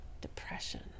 depression